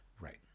Right